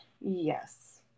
yes